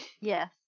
Yes